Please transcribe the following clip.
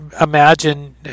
imagine